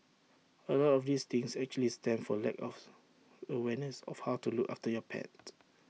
A lot of these things actually stem from lack of awareness of how to look after your pet